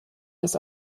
des